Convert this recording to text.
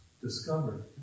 discover